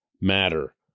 matter